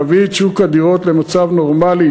נביא את שוק הדירות למצב נורמלי,